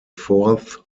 fourth